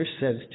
says